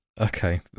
Okay